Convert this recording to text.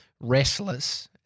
restless